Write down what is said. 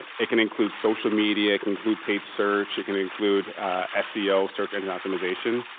it can include social media, can include paid search, it can include ah seo, search engine optimization.